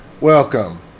Welcome